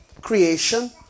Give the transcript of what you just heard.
Creation